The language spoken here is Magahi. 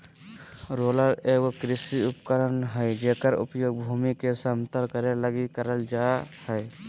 रोलर एगो कृषि उपकरण हइ जेकर उपयोग भूमि के समतल करे लगी करल जा हइ